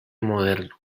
moderno